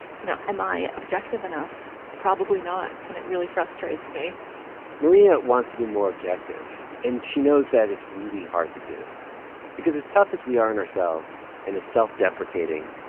you know, am i objective enough? probably not. and it really frustrates me maria wants to be more objective. and she knows that is really hard to do because as tough as we are on and ourselves and as self-deprecating,